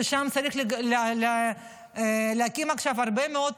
שם צריך להקים עכשיו הרבה מאוד